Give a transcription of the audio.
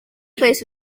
place